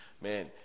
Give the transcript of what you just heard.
man